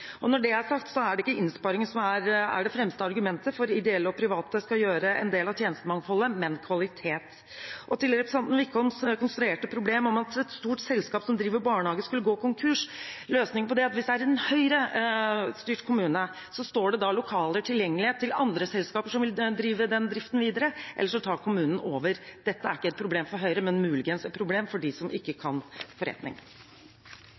Når det er sagt, er det ikke innsparinger som er det fremste argumentet for at ideelle og private skal gjøre en del av tjenestemangfoldet, men kvalitet. Til representanten Wickholms konstruerte problem om at et stort selskap som driver barnehage, skulle gå konkurs: Løsningen på det er at hvis det er en Høyre-styrt kommune, står det lokaler tilgjengelig til andre selskaper som vil drive virksomheten videre, eller så tar kommunen over. Dette er ikke et problem for Høyre, men muligens et problem for dem som ikke